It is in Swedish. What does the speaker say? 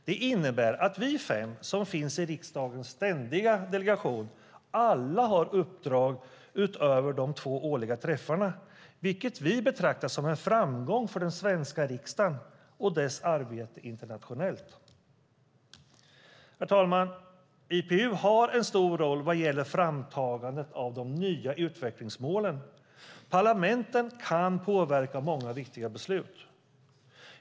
Det innebär att vi fem som finns i riksdagens ständiga delegation alla har uppdrag utöver de två årliga träffarna, vilket vi betraktar som en framgång för den svenska riksdagen och dess arbete internationellt. Herr talman! IPU har en stor roll vad gäller framtagandet av de nya utvecklingsmålen. Parlamenten kan påverka många viktiga beslut.